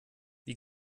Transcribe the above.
wie